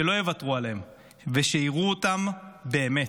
שלא יוותרו עליהם ושיראו אותם באמת.